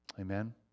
Amen